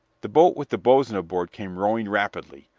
the boat with the boatswain aboard came rowing rapidly.